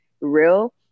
real